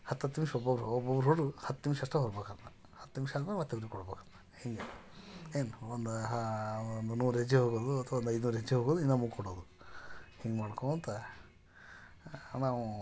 ಹತ್ತತ್ತು ನಿಮಿಷ ಒಬ್ಬೊಬ್ಬರು ಒಬ್ಬೊಬ್ರು ಹೊಡೆದು ಹತ್ತು ನಿಮ್ಷ ಅಷ್ಟೆ ಹೋಗ್ಬೇಕಾದ್ರೆ ಹತ್ತು ನಿಮಿಷ ಆದ್ಮೇಲೆ ಮತ್ತೆ ಹೀಗೆ ಏನು ಒಂದೇ ಒಂದು ನೂರು ಹೆಜ್ಜೆ ಹೊಗೋದು ಅಥವಾ ಒಂದು ಐದುನೂರು ಹೆಜ್ಜೆ ಹೊಗೋದು ಇನ್ನು ಮಕ್ಕೋಳ್ಳೋದು ಹಿಂಗೆ ಮಾಡ್ಕೋತ ನಾವು